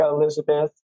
Elizabeth